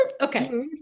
okay